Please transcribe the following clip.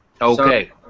Okay